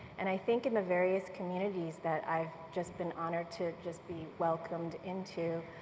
and i think in the various communities that i have just been honored to just be welcomed into,